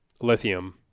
lithium